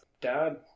dad